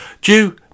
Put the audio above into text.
due